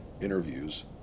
interviews